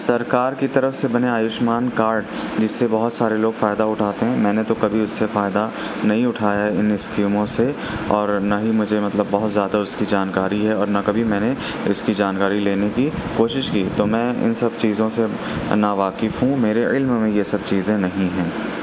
سرکار کی طرف سے بنے آیوشمان کارڈ جِس سے بہت سارے لوگ فائدہ اٹھاتے ہیں میں نے تو کبھی اُس سے فائدہ نہیں اٹھایا اُن اسکیموں سے اور نہ ہی مجھے مطلب بہت زیادہ اُس کی جانکاری ہے اور نہ کبھی میں نے اِس کی جانکاری لینے کی کوشش کی تو میں اِن سب چیزوں سے ناواقف ہوں میرے علم میں یہ سب چیزیں نہیں ہیں